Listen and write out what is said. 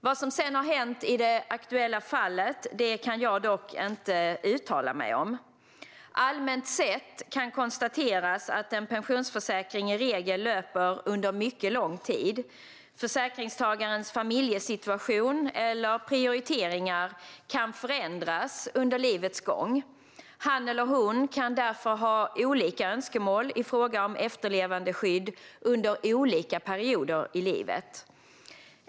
Vad som har hänt i det aktuella fallet kan jag dock inte uttala mig om. Allmänt sett kan konstateras att en pensionsförsäkring i regel löper under mycket lång tid. Försäkringstagarens familjesituation eller prioriteringar kan förändras under livets gång. Han eller hon kan därför ha olika önskemål i fråga om efterlevandeskydd under olika perioder i livet.